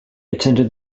attended